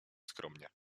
skromnie